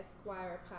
Esquire